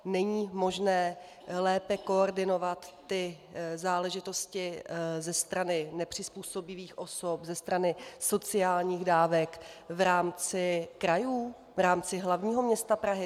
Není možné lépe koordinovat záležitosti ze strany nepřizpůsobivých osob, ze strany sociálních dávek v rámci krajů, v rámci hlavního města Prahy?